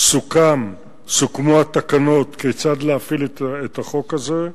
סוכמו התקנות כיצד להפעיל את החוק הזה.